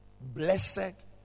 Blessed